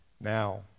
Now